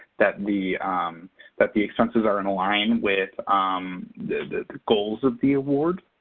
that the that the expenses are and aligned with um the the goals of the award,